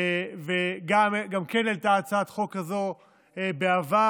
וגם העלתה הצעת חוק כזאת בעבר.